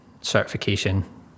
certification